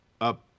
up